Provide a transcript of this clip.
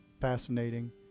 fascinating